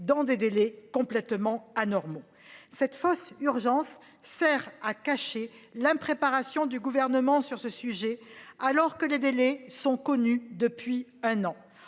dans des délais complètement anormaux. Cette fausse urgence sert à cacher l'impréparation du Gouvernement sur ce sujet, alors que les délais sont connus depuis un an.